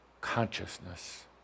consciousness